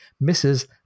Misses